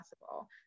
possible